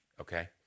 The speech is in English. okay